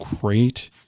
great